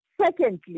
Secondly